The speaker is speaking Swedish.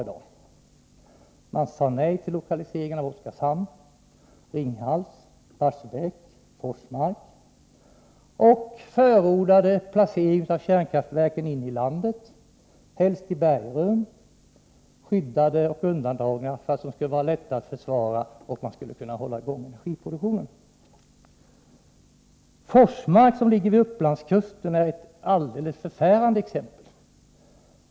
De militära myndigheterna sade nej till lokaliseringen av kärnkraftverk till Oskarshamn, Ringhals, Barsebäck och Forsmark. De förordade i stället en placering inne i landet, helst i bergrum. De ville ha kärnkraftverken skyddade och undandragna för att det skulle vara lätt att försvara dem och att hålla energiproduktionen i gång. Forsmark, som ligger vid Upplandskusten, är ett alldeles förfärande exempel.